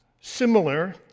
similar